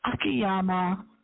Akiyama